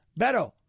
Beto